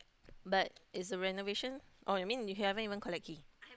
but is the renovation oh you mean you haven't even collect key